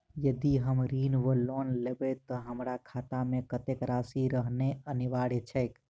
यदि हम ऋण वा लोन लेबै तऽ हमरा खाता मे कत्तेक राशि रहनैय अनिवार्य छैक?